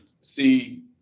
see